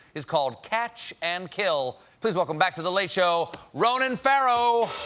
is called catch and kill. please welcome back to the late show ronan farrow!